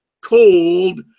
cold